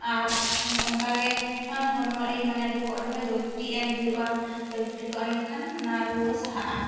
ᱟᱨ ᱚᱝᱠᱟ ᱜᱮ ᱦᱚᱲᱢᱚ ᱢᱟᱱᱮ ᱵᱚᱦᱚᱜ ᱨᱮᱦᱚᱸ ᱡᱚᱞᱯᱚᱴᱤ ᱮᱢ ᱦᱩᱭᱩᱜᱼᱟ ᱡᱚᱞᱯᱚᱴᱤ ᱠᱚ ᱮᱢ ᱞᱮᱠᱷᱟᱱ ᱚᱱᱟ ᱨᱩᱣᱟᱹ ᱥᱟᱦᱟᱜᱼᱟ